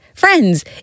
Friends